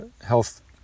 health